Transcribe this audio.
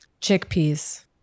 Chickpeas